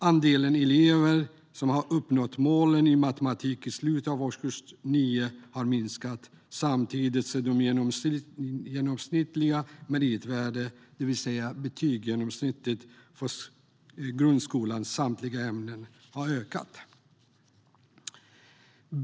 Andelen elever som uppnår målen i matematik i slutet av årskurs 9 har minskat samtidigt som det genomsnittliga meritvärdet, det vill säga betygsgenomsnittet, för grundskolans övriga ämnen har ökat.